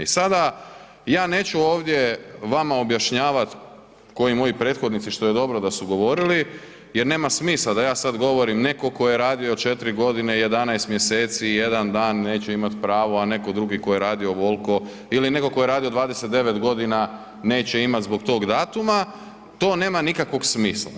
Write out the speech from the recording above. I sada ja neću vama ovdje objašnjavat ko i moji prethodnici što je dobro što su govorili jer nema smisla da ja sada govorim, neko ko je radio 4 godine i 11 mjeseci i 1 dan neće imati pravo, a neko drugi ko je radio ovolko ili neko ko je radio 29 godina neće imati zbog tog datuma to nema nikakvog smisla.